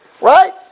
right